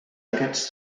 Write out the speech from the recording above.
aquests